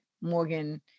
Morgan